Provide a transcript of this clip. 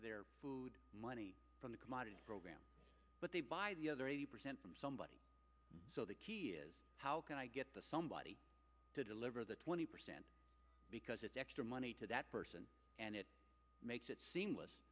of their food money from the commodity program but they buy the other eighty percent from somebody so the key is how can i get the somebody to deliver the twenty percent because it's extra money to that person and it makes it se